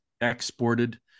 exported